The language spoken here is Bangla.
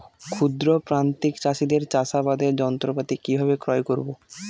ক্ষুদ্র প্রান্তিক চাষীদের চাষাবাদের যন্ত্রপাতি কিভাবে ক্রয় করব?